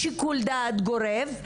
שיקול דעת גורף.